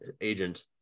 agent